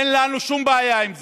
אין לנו שום בעיה עם זה.